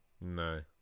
No